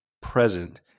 present